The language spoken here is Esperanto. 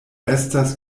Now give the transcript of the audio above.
estas